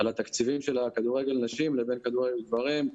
התקציבים של כדורגל נשים לבין כדורגל גברים,